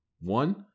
One